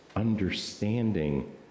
understanding